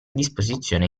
disposizione